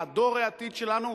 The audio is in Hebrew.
דור העתיד שלנו,